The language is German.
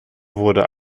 wurde